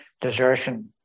desertion